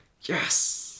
yes